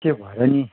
त्यही भएर नि